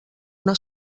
una